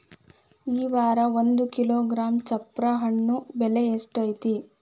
ಈ ವಾರ ಒಂದು ಕಿಲೋಗ್ರಾಂ ಚಪ್ರ ಹಣ್ಣ ಬೆಲೆ ಎಷ್ಟು ಐತಿ?